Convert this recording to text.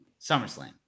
SummerSlam